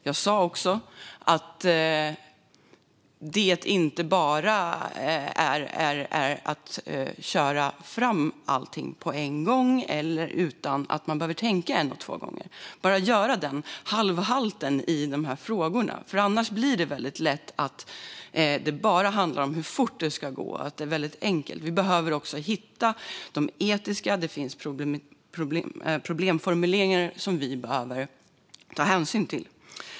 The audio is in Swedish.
Jag sa också att det inte bara är att köra fram allting på en gång, utan man behöver tänka en och två gånger och göra en halvhalt i de här frågorna. Annars handlar det väldigt lätt bara om hur fort det ska gå och att det är väldigt enkelt. Vi behöver också titta på det etiska, för det finns problemformuleringar som vi behöver ta hänsyn till.